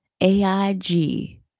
AIG